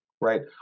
right